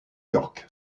york